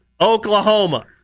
Oklahoma